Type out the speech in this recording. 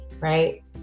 right